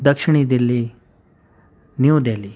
دکچھنی Delhi New Delhi